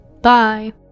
Bye